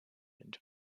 into